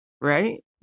right